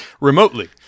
remotely